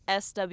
SW